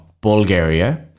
Bulgaria